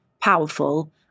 powerful